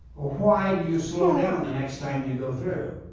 well, why do you slow down the next time you go through?